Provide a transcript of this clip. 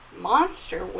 Monster